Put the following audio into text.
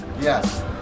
Yes